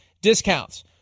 discounts